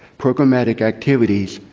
programmatic activities,